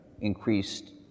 increased